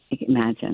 Imagine